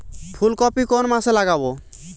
ফুলকপি কোন মাসে লাগাবো?